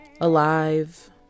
alive